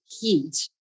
heat